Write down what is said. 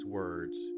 words